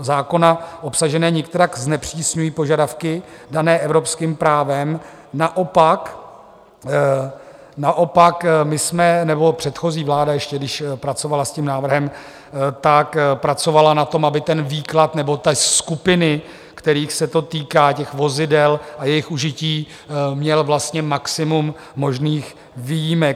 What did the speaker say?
zákona obsažené nikterak nezpřísňují požadavky dané evropským právem, naopak my, nebo předchozí vláda, ještě když pracovala s tím návrhem, pracovala na tom, aby ten výklad nebo ty skupiny, kterých se to týká, těch vozidel a jejich užití, měl vlastně maximum možných výjimek.